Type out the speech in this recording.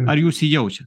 ar jūs jį jaučiat